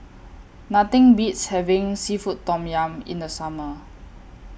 Nothing Beats having Seafood Tom Yum in The Summer